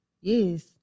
Yes